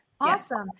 Awesome